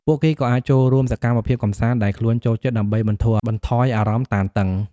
ពួកគេក៏អាច ចូលរួមសកម្មភាពកម្សាន្ត ដែលខ្លួនចូលចិត្ត ដើម្បីបន្ធូរបន្ថយអារម្មណ៍តានតឹង។